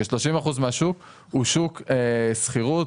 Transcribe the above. כ-30% מהשוק הוא שוק שכירות.